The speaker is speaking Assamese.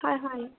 হয় হয়